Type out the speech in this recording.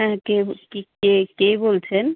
হ্যাঁ কে কে কে বলছেন